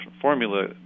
formula